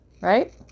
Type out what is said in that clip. right